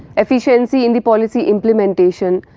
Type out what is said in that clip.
efficiency in the policy implementation,